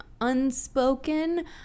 unspoken